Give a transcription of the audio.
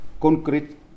concrete